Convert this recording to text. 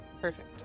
Perfect